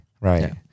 right